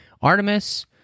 artemis